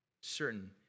certain